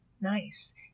Nice